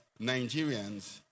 nigerians